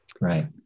Right